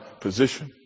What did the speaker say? position